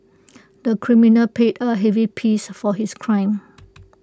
the criminal paid A heavy piece for his crime